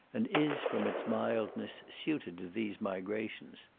and is, from its mildness, suited to these migrations.